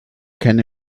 can